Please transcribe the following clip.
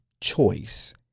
choice